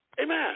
Amen